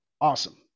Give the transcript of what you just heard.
Awesome